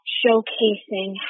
showcasing